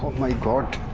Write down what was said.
my god!